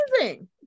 amazing